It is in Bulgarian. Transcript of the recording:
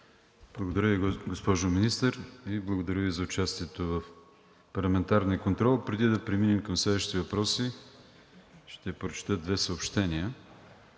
Благодаря Ви, госпожо Министър, и Ви благодаря за участието в парламентарния контрол. Преди да преминем към следващите въпроси, ще прочета две съобщения